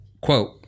Quote